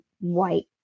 white